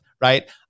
right